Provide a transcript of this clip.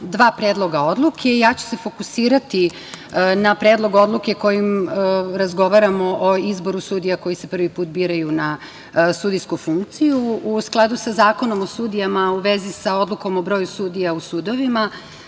dva predloga odluke. Ja ću se fokusirati na Predlog odluke kojim razgovaramo o izboru sudija koji se prvi put biraju na sudijsku funkciju. U skladu sa Zakonom o sudijama u vezi sa odlukom o broju sudija u sudovima,